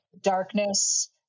darkness